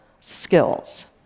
skills